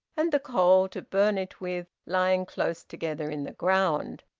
and the coal to burn it with, lying close together in the ground.